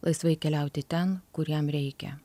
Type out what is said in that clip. laisvai keliauti ten kur jam reikia